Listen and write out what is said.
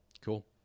cool